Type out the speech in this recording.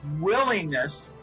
willingness